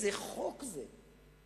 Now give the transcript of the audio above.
איזה חוק זה?